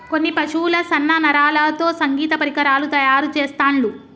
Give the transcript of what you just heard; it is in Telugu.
కొన్ని పశువుల సన్న నరాలతో సంగీత పరికరాలు తయారు చెస్తాండ్లు